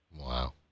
Wow